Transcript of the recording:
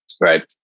Right